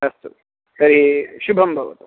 अस्तु तर्हि शुभं भवतु